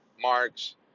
marks